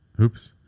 oops